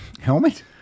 Helmet